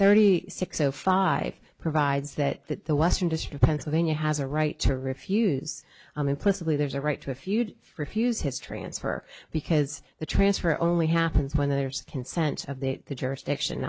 thirty six o five provides that the western district pennsylvania has a right to refuse on implicitly there's a right to a feud refuse his transfer because the transfer only happens when there's consent of the jurisdiction